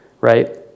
right